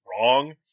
wrong